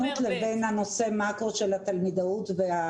אני עושה הבחנה בין ההיבחנות לבין הנושא מקרו של התלמידאות וההגדרות,